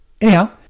Anyhow